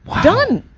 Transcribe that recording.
done.